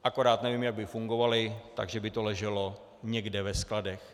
Akorát nevím, jak by fungovaly, takže by to leželo někde ve skladech.